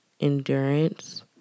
endurance